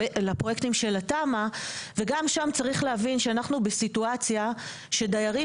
לפרויקטים של התמ"א וגם שם צריך להבין שאנחנו בסיטואציה שדיירים